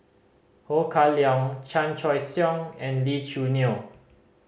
Ho Kah Leong Chan Choy Siong and Lee Choo Neo